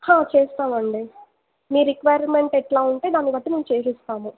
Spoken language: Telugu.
చేస్తాం అండి మీ రిక్వయిర్మెంట్ ఎట్లా ఉంటే దాన్ని బట్టి మేము చేస్తాము